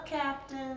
Captain